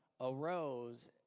arose